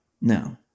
No